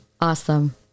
Awesome